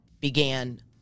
began